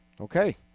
Okay